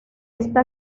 esta